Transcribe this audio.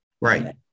right